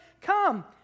Come